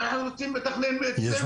אנחנו רוצים מתכננים מאצלנו,